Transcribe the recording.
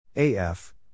AF